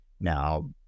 Now